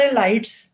lights